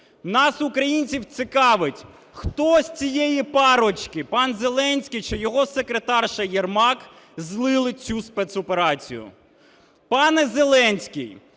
Нас, українців, цікавить, хто з цієї парочки, пан Зеленський чи його секретарша Єрмак ,злили цю спецоперацію. Пане Зеленський,